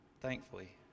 thankfully